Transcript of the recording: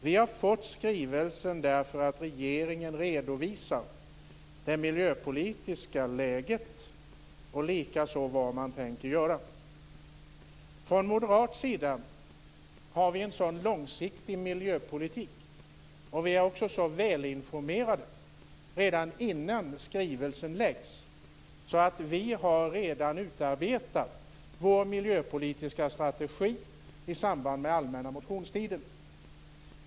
Vi har fått skrivelsen därför att regeringen redovisar det miljöpolitiska läget och likaså vad den tänker göra. Från moderat sida har vi en sådan långsiktig miljöpolitik, och vi var så välinformerade redan innan skrivelsen lades fram att vi redan har utarbetat vår miljöpolitiska strategi i samband med den allmänna motionstiden.